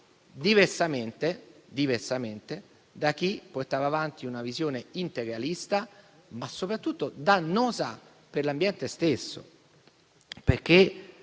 diversamente da chi portava avanti una visione integralista, ma soprattutto dannosa per l'ambiente stesso.